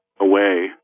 away